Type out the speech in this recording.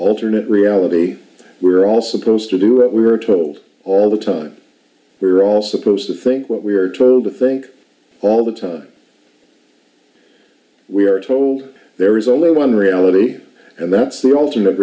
alternate reality we're all supposed to do what we were told all the time we're all supposed to think what we are told to think all the time we are told there is only one reality and that's the alternate